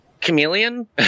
chameleon